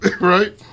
Right